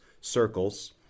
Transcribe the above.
circles